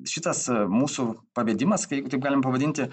šitas mūsų pavedimas jeigu taip galima pavadinti